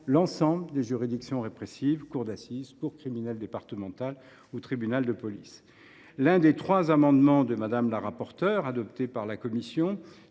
l’ensemble des juridictions répressives – cour d’assises, cour criminelle départementale, tribunal de police. Par ailleurs, l’un des trois amendements de Mme la rapporteure adoptés par la commission